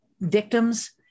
victims